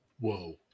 Whoa